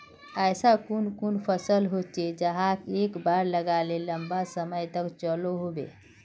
ऐसा कुन कुन फसल होचे जहाक एक बार लगाले लंबा समय तक चलो होबे?